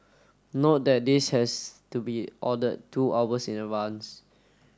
note that this has to be ordered two hours in advance